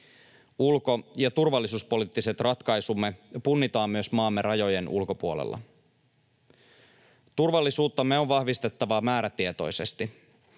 Ulko- ja turvallisuuspoliittiset ratkaisumme punnitaan myös maamme rajojen ulkopuolella. Turvallisuuttamme on vahvistettava määrätietoisesti.